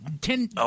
ten